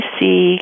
see